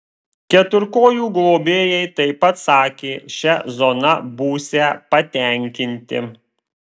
keturkojų globėjai taip pat sakė šia zona būsią patenkinti